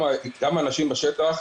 גם האנשים בשטח,